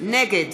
נגד